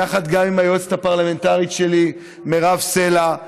יחד גם עם היועצת הפרלמנטרית שלי מירב סלע,